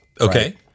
Okay